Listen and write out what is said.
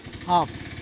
off